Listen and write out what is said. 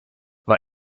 war